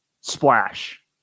splash